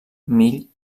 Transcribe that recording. mill